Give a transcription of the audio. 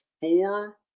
four